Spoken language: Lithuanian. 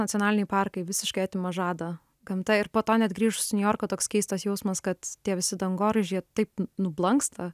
nacionaliniai parkai visiškai atima žadą gamta ir po to net grįžus į niujorką toks keistas jausmas kad tie visi dangoraižiai jie taip n nublanksta